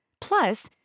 Plus